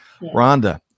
Rhonda